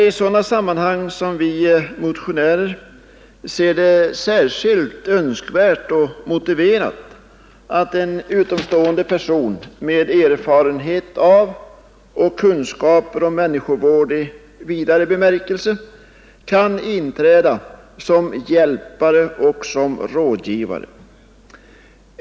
I sådana sammanhang anser vi motionärer det särskilt önskvärt och motiverat att en utomstående person med erfarenhet av och kunskaper om människovård i vidare bemärkelse kan inträda som hjälpare och rådgivare.